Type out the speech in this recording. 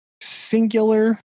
singular